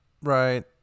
right